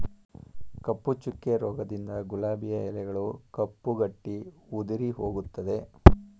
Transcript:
ಕಪ್ಪು ಚುಕ್ಕೆ ರೋಗದಿಂದ ಗುಲಾಬಿಯ ಎಲೆಗಳು ಕಪ್ಪು ಗಟ್ಟಿ ಉದುರಿಹೋಗುತ್ತದೆ